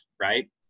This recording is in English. right